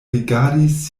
rigardis